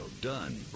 done